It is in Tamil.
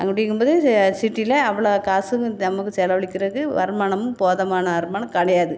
அப்படிங்கும்போது சிட்டியில அவ்வளோ காசுக்கு தினமுக்கு செலவழிக்கிறது வருமானமும் போதுமான வருமானம் கிடயாது